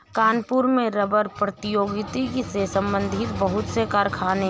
कानपुर में रबड़ प्रौद्योगिकी से संबंधित बहुत से कारखाने है